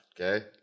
Okay